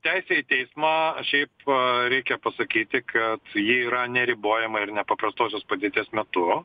teisė į teismą šiaip reikia pasakyti kad ji yra neribojama ir nepaprastosios padėties metu